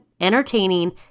entertaining